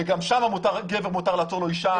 וגם שם לגבר מותר לעצור אישה.